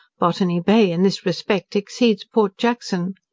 botany bay in this respect exceeds port jackson.